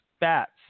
bats